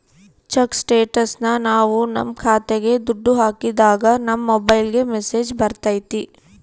check ಸ್ಟೇಟಸ್ನ ನಾವ್ ನಮ್ ಖಾತೆಗೆ ದುಡ್ಡು ಹಾಕಿದಾಗ ನಮ್ ಮೊಬೈಲ್ಗೆ ಮೆಸ್ಸೇಜ್ ಬರ್ತೈತಿ